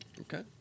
Okay